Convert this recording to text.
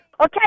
Okay